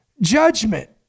judgment